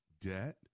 debt